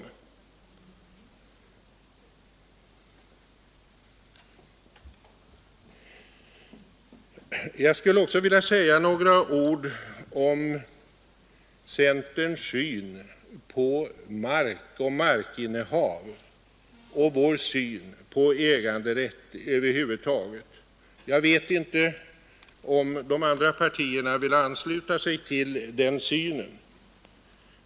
Jag skulle också vilja säga några ord om centerns syn på mark och markinnehav och vår syn på äganderätt över huvud taget. Jag vet inte om de andra partierna vill ansluta sig till den synen.